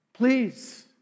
Please